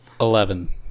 Eleven